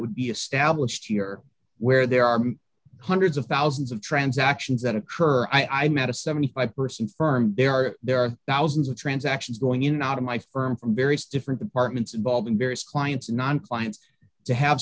would be established year where there are hundreds of thousands of transactions that occur i met a seventy five person firm there are there are thousands of transactions going in and out of my firm from various different departments involved in various clients not clients to have